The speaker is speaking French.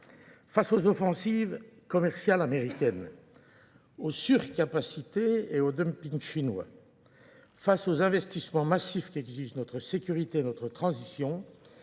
Face aux offensives commerciales américaines, aux surcapacités et aux dumpings chinois, face aux investissements massifs qu'existe notre sécurité et notre transition,